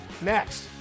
next